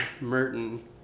Merton